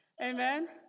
Amen